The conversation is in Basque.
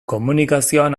komunikazioan